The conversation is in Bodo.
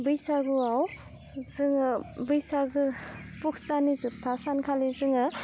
बैसागुआव जोङो बैसागो पुस दाननि जोबथा सानखालि जोङो